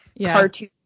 cartoon